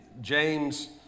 James